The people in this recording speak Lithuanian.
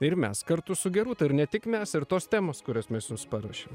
ir mes kartu su gerūta ir ne tik mes ir tos temos kurias mes jums paruošėm